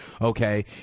Okay